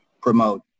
promote